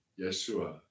Yeshua